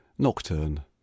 Nocturne